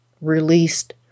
released